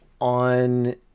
on